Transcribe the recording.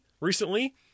recently